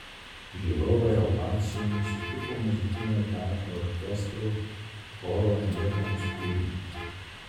žiūrovai ovacijomis sutiko muzikinio teatro orkestro choro atliekamus kūrinius